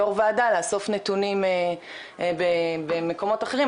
יו"ר וועדה לאסוף נתונים במקומות אחרים,